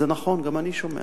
זה נכון, גם אני שומע.